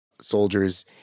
soldiers